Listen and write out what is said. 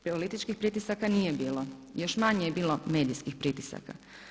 Političkih pritisaka nije bilo, još manje je bilo medijskih pritisaka.